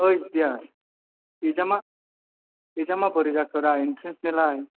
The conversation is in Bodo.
ओइ दियार इगजामा इगजामा बोरै जाखोब्रा इनट्रेन्सनियालाय